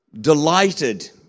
delighted